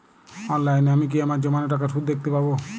অনলাইনে আমি কি আমার জমানো টাকার সুদ দেখতে পবো?